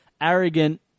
arrogant